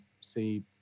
see